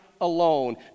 alone